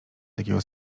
takiego